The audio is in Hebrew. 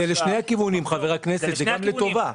זה לשני הכיוונים, זה גם לטובה.